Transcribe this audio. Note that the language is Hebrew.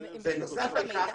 בנוסף על כך,